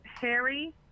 harry